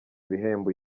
ibihembo